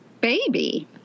baby